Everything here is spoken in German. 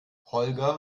holger